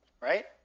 Right